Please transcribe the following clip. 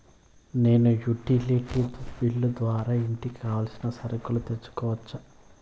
నేను utility bill ద్వారా ఇంటికి కావాల్సిన సరుకులు తీసుకోవచ్చా?